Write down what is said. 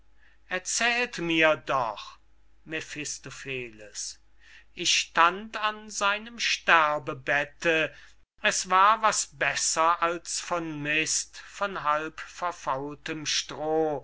erzählt mir doch mephistopheles ich stand an seinem sterbebette es war was besser als von mist von halbgefaultem stroh